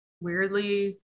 weirdly